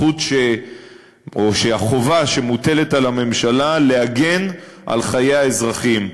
או החובה שמוטלת על הממשלה להגן על חיי האזרחים.